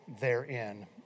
therein